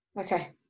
Okay